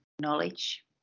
knowledge